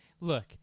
Look